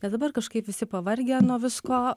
nes dabar kažkaip visi pavargę nuo visko